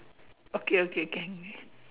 okay okay can can